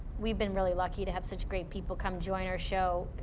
we've been really lucky to have such great people come join our show,